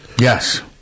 Yes